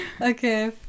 Okay